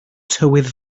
tywydd